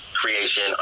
creation